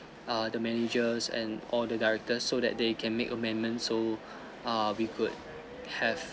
err the managers and all the directors so that they can make amendment so err we could have